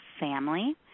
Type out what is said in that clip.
family